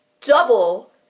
double